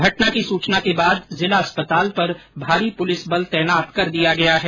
घटना की सूचना के बाद जिला अस्पताल पर भारी पुलिस बल तैनात कर दिया गया है